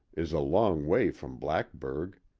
is a long way from blackburg.